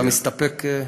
אתה מסתפק?